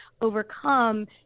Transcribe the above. overcome